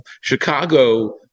chicago